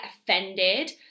offended